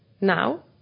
Now